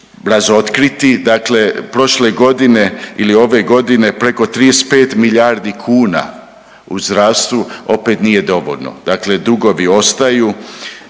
razotkriti, dakle prošle godine ili ove godine preko 35 milijardi kuna u zdravstvu opet nije dovoljno, dakle dugovi ostaju.